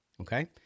okay